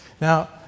Now